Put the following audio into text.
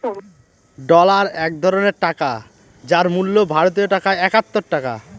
dollar এক ধরনের টাকা যার মূল্য ভারতীয় টাকায় একাত্তর টাকা